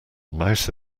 mouse